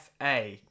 FA